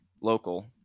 local